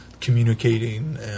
communicating